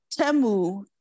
temu